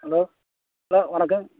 hello hello வணக்கம்